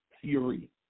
Fury